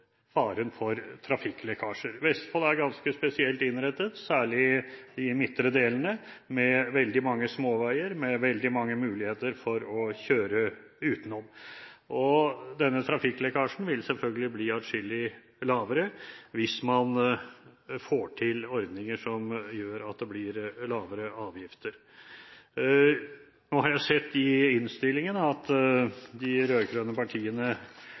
faren for trafikklekkasjer. Vestfold er ganske spesielt innrettet, særlig de midtre delene, med veldig mange småveier, med veldig mange muligheter for å kjøre utenom, og denne trafikklekkasjen vil selvfølgelig bli adskillig lavere hvis man får til ordninger som gjør at det blir lavere avgifter. Nå har jeg sett i innstillingen at de rød-grønne partiene